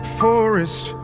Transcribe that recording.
forest